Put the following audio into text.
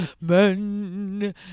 men